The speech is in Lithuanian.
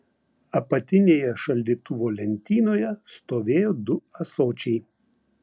apatinėje šaldytuvo lentynoje stovėjo du ąsočiai